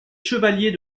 chevalier